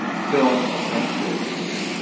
film and food.